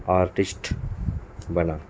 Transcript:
artist ਬਣਾ